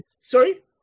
Sorry